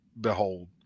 behold